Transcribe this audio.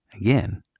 Again